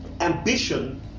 Ambition